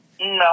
No